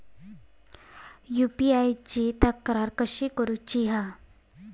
UPI ची तक्रार कशी करुची हा?